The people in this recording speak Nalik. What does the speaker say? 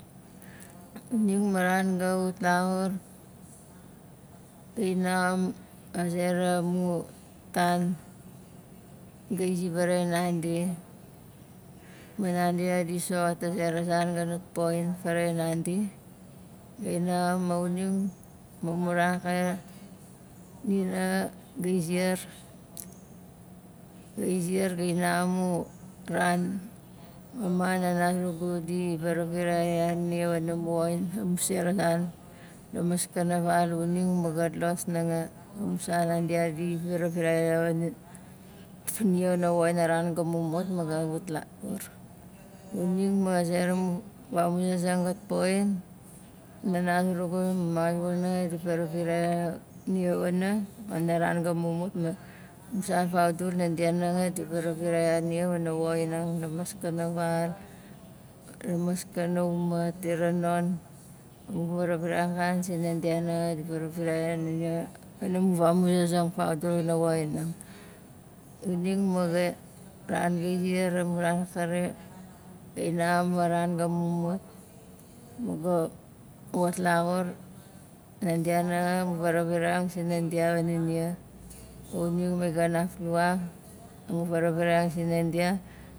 Xuning ma ran ga wat laxur gai naxam a zera mu tan gai zi vaaraxain nandi ma nandi zait di soxot a zera zan ga nat poxin faravirain nandi gai naxam ma xuning ma mu ran akari nia nanga gai ziar gai ziar gai haxam mu ran mama, nana zurugu di varavirai ya nia wana mu woxin amu sera zan la maskana val xuning ma gat los nanga amu san nandia di varavirai ya wana fn- nia la woxin la ran ga mumut ma ga wat la- xur xuning ma a zera mu vamuzazang gat poxin nana zurugu ma mama zurugu nanga di varavirai ya nia wana pana ran ga mumut ma amusan faudul nandia nanga di varavirai ya nia wana woxinang la maskana val, la maskana uma, tira non amu varavirai akanan si nandia nanga di varavirai ya nia pana mu famuzazing faudul kuna woxinang xuning ma gai ran gai ziar la mu ran akari gai naxam a ran ga mumut ga wat laxur nandia nanga amu varaviraiang sinandia wana nia xuning ma ga na amu varaviraiang sinandia